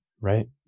right